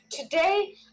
today